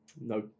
No